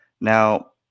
Now